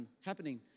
happening